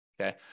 Okay